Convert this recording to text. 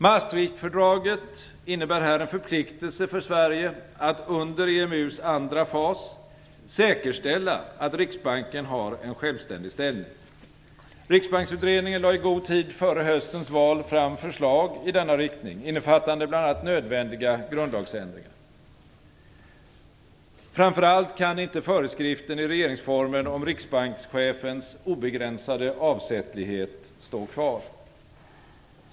Maastrichtfördraget innebär här en förpliktelse för Sverige att under EMU:s andra fas säkerställa att Riksbanken har en självständig ställning. Riksbanksutredningen lade i god tid före höstens val fram förslag i denna riktning, innefattande bl.a. nödvändiga grundlagsändringar. Framför allt kan inte föreskriften i regeringsformen om riksbankschefens obegränsade avsättlighet stå kvar.